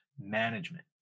management